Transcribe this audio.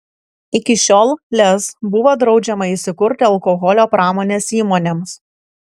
iki šiol lez buvo draudžiama įsikurti alkoholio pramonės įmonėms